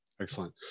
excellent